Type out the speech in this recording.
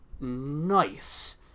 nice